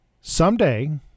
someday